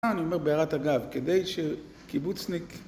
אני אומר בהערת אגב, כדי שקיבוצניק...